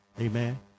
Amen